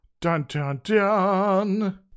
Dun-dun-dun